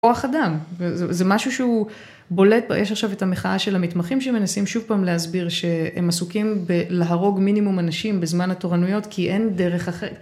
כוח אדם, זה משהו שהוא בולט, יש עכשיו את המחאה של המתמחים שמנסים שוב פעם להסביר שהם עסוקים בלהרוג מינימום אנשים בזמן התורנויות כי אין דרך אחרת.